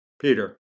Peter